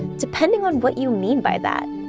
depending on what you mean by that.